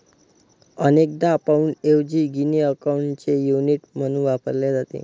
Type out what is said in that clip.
अनेकदा पाउंडऐवजी गिनी अकाउंटचे युनिट म्हणून वापरले जाते